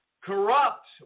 corrupt